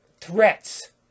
threats